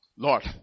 Lord